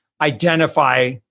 identify